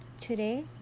today